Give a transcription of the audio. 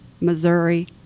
missouri